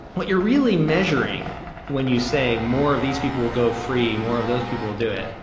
what you're really measuring when you say more of these people will go free, more of those people will do it.